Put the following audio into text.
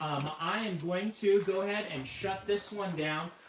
i am going to go ahead and shut this one down.